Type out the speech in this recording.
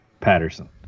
Patterson